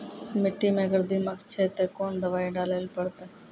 मिट्टी मे अगर दीमक छै ते कोंन दवाई डाले ले परतय?